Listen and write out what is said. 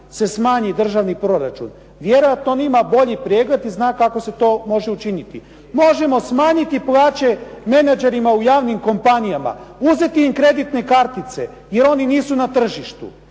se smanji državni proračun. Vjerojatno on ima bolji pregled i zna kako se to može učiniti. Možemo smanjiti plaće menadžerima u javnim kompanijama, uzeti im kreditne kartice jer oni nisu na tržištu.